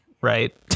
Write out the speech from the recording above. right